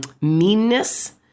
meanness